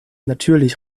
natürlich